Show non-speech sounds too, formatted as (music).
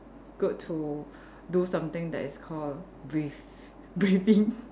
good to do something that is called breathe (laughs) breathing